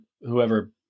whoever